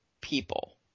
people